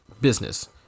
business